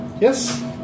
yes